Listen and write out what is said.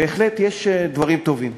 בהחלט יש דברים טובים.